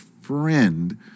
friend